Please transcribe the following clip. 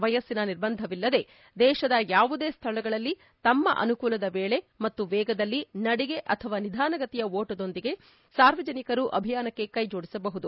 ವಯಸ್ಪಿನ ನಿರ್ಬಂಧವಿಲ್ಲದೇ ದೇಶದ ಯಾವುದೇ ಸ್ಥಳಗಳಲ್ಲಿ ತಮ್ಮ ಅನುಕೂಲದ ವೇಳೆ ಮತ್ತು ವೇಗದಲ್ಲಿ ನದಿಗೆ ಅಥವಾ ನಿಧಾನಗತಿಯ ಓಟದೊಂದಿಗೆ ಸಾರ್ವಜನಿಕರು ಅಭಿಯಾನಕ್ಕೆ ಕೈಜೋದಿಸಬಹುದು